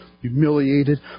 humiliated